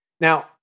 Now